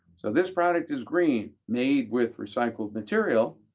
so this product is green, made with recycled material,